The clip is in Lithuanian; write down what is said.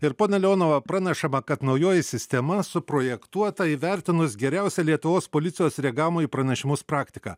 ir pone leonova pranešama kad naujoji sistema suprojektuota įvertinus geriausią lietuvos policijos reagavimo į pranešimus praktiką